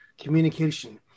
communication